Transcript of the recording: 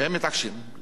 למה?